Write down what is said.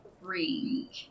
ring